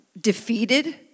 defeated